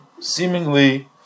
seemingly